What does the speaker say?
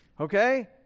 okay